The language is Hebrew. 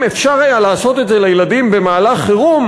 אם אפשר היה לעשות את זה לילדים במהלך חירום,